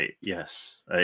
yes